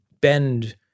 bend